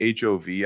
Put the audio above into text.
HOV